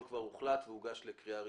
כבר הוחלט עליו והוא הוגש לקריאה ראשונה.